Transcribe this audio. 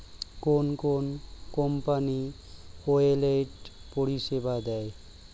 কোন কোন company wallet পরিষেবা দেয়?